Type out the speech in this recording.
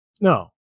no